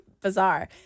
bizarre